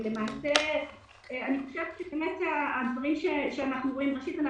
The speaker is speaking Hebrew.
הדברים שאנחנו רואים ראשית,